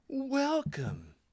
Welcome